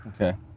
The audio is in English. okay